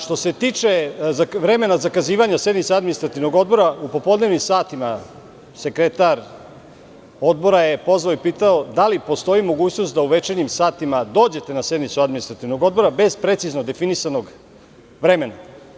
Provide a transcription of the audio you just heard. Što se tiče vremena za zakazivanje sednice Administrativnog odbora, u popodnevnim satima sekretar Odbora je pozvao i pitao da li postoji mogućnost da u večernjim satima dođete na sednicu Administrativnog odbora, bez precizno definisanog vremena.